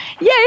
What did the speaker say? yay